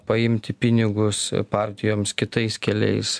paimti pinigus partijoms kitais keliais